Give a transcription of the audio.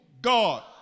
God